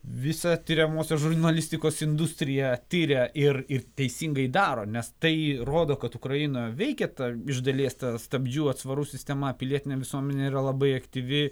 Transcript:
visa tiriamosios žurnalistikos industrija tiria ir ir teisingai daro nes tai rodo kad ukraina veikia ta iš dalies ta stabdžių atsvarų sistema pilietinė visuomenė yra labai aktyvi